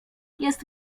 jest